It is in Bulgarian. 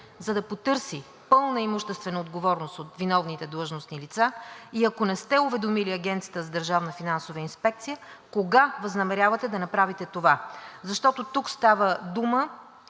за да потърси пълна имуществена отговорност от виновните длъжностни лица, и ако не сте уведомили Агенцията за държавна финансова инспекция, кога възнамерявате да направите това? Защото тук става дума